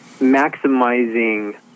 maximizing